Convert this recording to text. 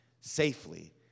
safely